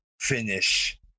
finish